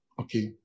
okay